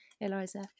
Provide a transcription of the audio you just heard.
eliza